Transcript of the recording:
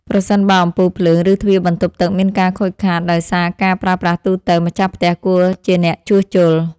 ប្រសិនបើអំពូលភ្លើង ឬទ្វារបន្ទប់ទឹកមានការខូចខាតដោយសារការប្រើប្រាស់ទូទៅ ម្ចាស់ផ្ទះគួរជាអ្នកជួសជុល។